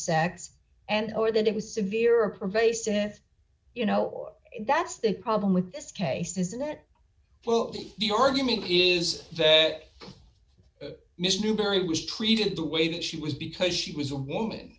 sex and or that it was severe or pervasive you know that's the problem with this case is that well the argument is that mr newberry was treated the way that she was because she was a woman